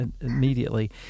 immediately